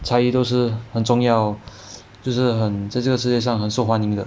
才艺都是重要就是很这就是在这个世界上很受欢迎的